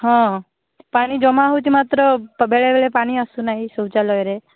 ହଁ ପାଣି ଜମା ହେଉଛି ମାତ୍ର ବେଳେ ବେଳେ ପାଣି ଆସୁନାହିଁ ଶୌଚାଳୟରେ